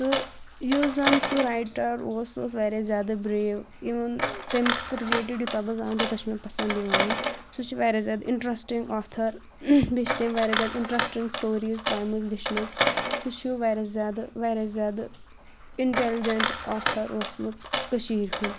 تہٕ یُس زَن سُہ رایٹر اوس سُہ اوس واریاہ زیادٕ بریو اِوٕن تٔمِس رِلیٹِڈ یوٗتاہ بہٕ زانہٕ تیوٗتاہ چھِ مےٚ پسنٛد یِوان سُہ چھِ واریاہ زیادٕ اِنٛٹرسٹنٛگ آتھر بیٚیہِ چھِ تٔمۍ واریاہ زیادٕ اِنٛٹرسٹنٛگ سِٹوریز پٔرمٕز لیچھمَژ سُہ چھُ واریاہ زیادٕ واریاہ زیادٕ اِنٛٹیٚلِجنٹ آتھر اوسمُت کٔشیٖرِ ہُنٛد